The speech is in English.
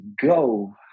go